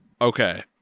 Okay